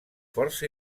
força